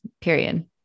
period